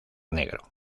negro